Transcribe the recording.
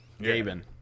Gaben